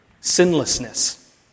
Sinlessness